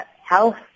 health